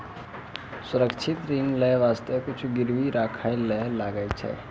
सुरक्षित ऋण लेय बासते कुछु गिरबी राखै ले लागै छै